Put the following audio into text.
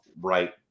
right